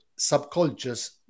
subcultures